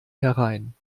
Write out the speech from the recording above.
herein